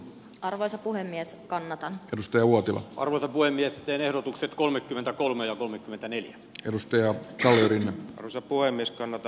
arvoisa puhemies kanata edusti uotila korvata kuin miesten ehdotukset kolmekymmentäkolme ja kolmekymmentäneljä edustajaa kärrin osa puhemies kannata